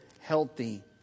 healthy